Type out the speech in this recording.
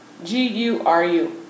G-U-R-U